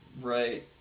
Right